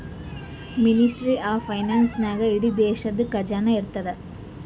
ministry of finance ನಾಗೇ ಇಡೀ ದೇಶದು ಖಜಾನಾ ಇರ್ತುದ್